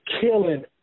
killing